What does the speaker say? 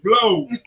blow